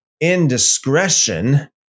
indiscretion